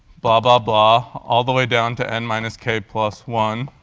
blah blah blah, all the way down to n minus k plus one.